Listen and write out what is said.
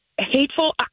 hateful